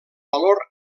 valor